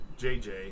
JJ